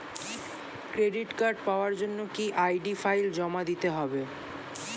Credit card পাওয়ার জন্য কি আই.ডি ফাইল জমা দিতে হবে?